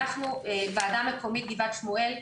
אנחנו ועדה מקומית גבעת שמואל,